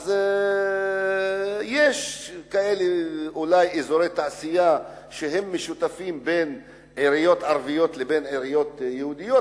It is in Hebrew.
אז יש אזורי תעשייה שהם משותפים לעיריות יהודיות ועיריות ערביות,